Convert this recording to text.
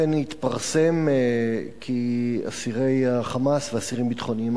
אכן התפרסם כי אסירי ה"חמאס" ואסירים ביטחוניים